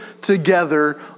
together